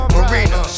Marina